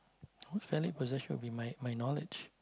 most valued possession would be my my knowledge